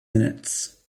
minutes